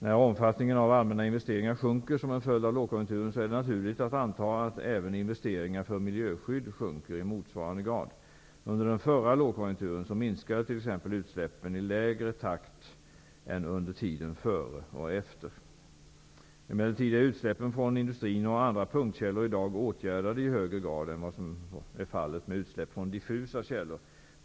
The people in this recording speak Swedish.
När omfattningen av allmänna investeringar sjunker som en följd av lågkonjunkturen är det naturligt att anta att även investeringar för miljöskydd sjunker i motsvarande grad. Under den förra lågkonjunkturen minskade t.ex. utsläppen i lägre takt än under tiden före och efter. Emellertid är utsläppen från industrin och andra punktkällor i dag åtgärdade i högre grad än vad som är fallet med utsläpp från diffusa källor.